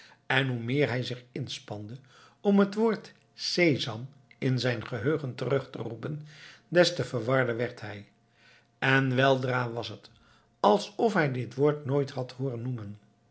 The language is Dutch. en hoe meer hij zich inspande om het woord sesam in zijn geheugen terug te roepen des te verwarder werd hij en weldra was het alsof hij dit woord nooit had hooren noemen